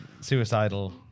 suicidal